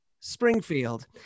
Springfield